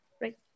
right